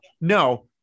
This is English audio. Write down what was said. no